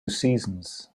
seasons